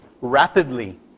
rapidly